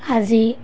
আজি